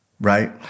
right